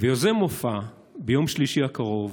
והוא יוזם מופע, ביום שלישי הקרוב,